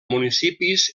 municipis